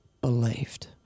believed